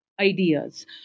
ideas